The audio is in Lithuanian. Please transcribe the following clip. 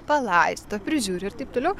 palaisto prižiūri ir taip toliau